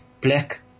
black